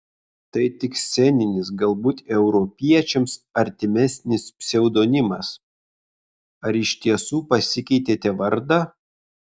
tai tik sceninis galbūt europiečiams artimesnis pseudonimas ar iš tiesų pasikeitėte vardą